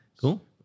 Cool